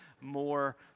more